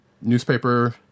newspaper